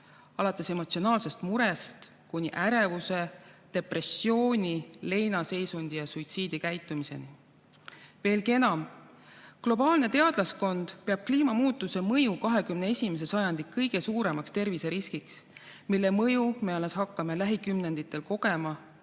alates emotsionaalsest murest kuni ärevuse, depressiooni, leinaseisundi ja suitsiidikäitumiseni. Veelgi enam, globaalne teadlaskond peab kliimamuutuse mõju 21. sajandi kõige suuremaks terviseriskiks, mille mõju me alles hakkame lähikümnenditel kogema